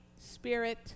Spirit